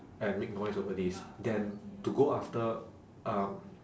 and make noise over this than to go after um